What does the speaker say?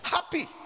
Happy